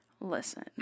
listen